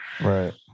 Right